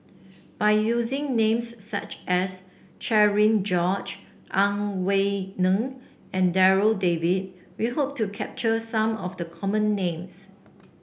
by using names such as Cherian George Ang Wei Neng and Darryl David we hope to capture some of the common names